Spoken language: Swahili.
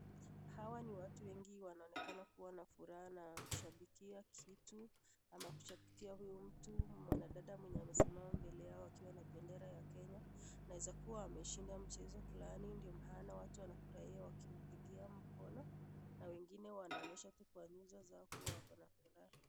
Hawa ni watu wengi wanaonekana kuwa na furaha na kushambikia kitu, ama kushambikia huyu mtu mwanadada mwenye amesimama mbele yao akiwa na bendera ya Kenya. Inaeza kuwa ameshinda mchezo fulani ndio maana watu wanafurahia wakimpigia mkono. Na wengine wanaonyesha tu kwa nyuso zao kuwa wako na furaha.